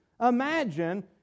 imagine